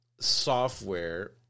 software